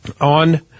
on